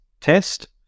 test